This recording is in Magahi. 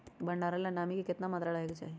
भंडारण ला नामी के केतना मात्रा राहेके चाही?